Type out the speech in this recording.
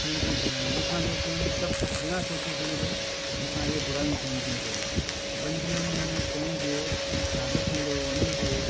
थियनि थियूं बुरायूं मूं खां जेके आहिनि बिना सोचे समुझे मूं खां इहे बुरायूं थियनि थियूं पेयूं बंदीअ में पंहिंजे छा लिखंदो वञी थो